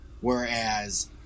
Whereas